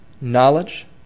knowledge